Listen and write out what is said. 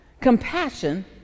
compassion